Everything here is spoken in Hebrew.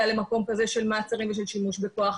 למקום כזה של מעצרים ושל שימוש בכוח.